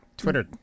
Twitter